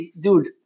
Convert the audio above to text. dude